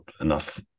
enough